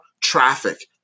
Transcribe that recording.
traffic